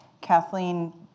Kathleen